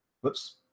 whoops